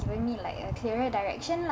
given me like a clearer direction lah